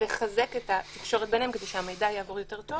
לחזק את התקשורת ביניהם כדי שהמידע יעבור יותר טוב